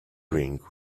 ring